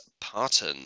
Parton